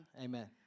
Amen